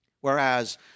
Whereas